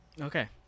Okay